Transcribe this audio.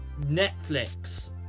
Netflix